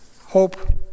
hope